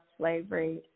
Slavery